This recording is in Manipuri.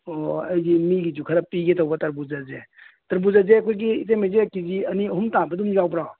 ꯑꯣ ꯑꯩꯗꯤ ꯃꯤꯒꯤꯁꯨ ꯈꯔ ꯄꯤꯒꯦ ꯇꯧꯕ ꯇꯔꯕꯨꯖꯁꯦ ꯇꯔꯕꯨꯖꯗꯤ ꯑꯩꯈꯣꯏꯒꯤ ꯏꯇꯩꯃꯩꯁꯦ ꯀꯦ ꯖꯤ ꯑꯅꯤ ꯑꯍꯨꯝ ꯇꯥꯕ ꯑꯗꯨꯝ ꯌꯥꯎꯕ꯭ꯔꯣ